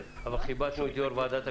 אבל כיבדנו את יושב-ראש ועדת הכספים.